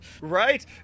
right